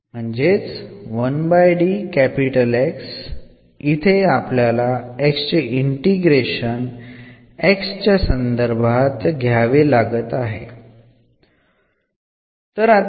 അതുകൊണ്ട് എന്നത് അടിസ്ഥാനമാക്കിയുള്ള ന്റെ ഇന്റഗ്രൽ അല്ലാതെ മറ്റൊന്നുമല്ല